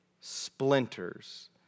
splinters